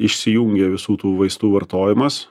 išsijungė visų tų vaistų vartojimas